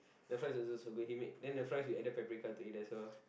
the fries were also so good then the fries we added paprika to it that's all